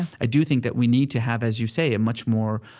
and i do think that we need to have, as you say, a much more,